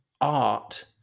art